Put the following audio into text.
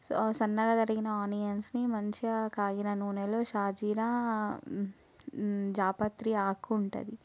so సన్నగా తరిగిన ఆనియన్స్ని మంచిగా కాగిన నూనెలో షాజీరా జాపత్రి ఆకు ఉంటుంది